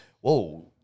whoa